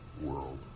world